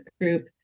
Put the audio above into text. group